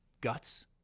guts